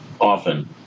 often